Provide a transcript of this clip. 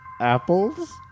apples